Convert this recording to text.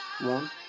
one